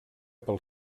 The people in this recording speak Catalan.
pel